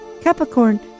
Capricorn